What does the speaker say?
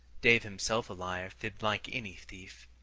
dave, himself a liar, fibbed like any thief.